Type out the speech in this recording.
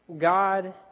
God